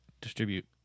distribute